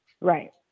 Right